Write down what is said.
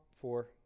four